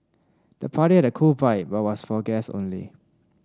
the party had a cool vibe but was for guests only